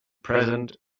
present